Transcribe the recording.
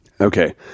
okay